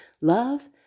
Love